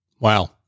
Wow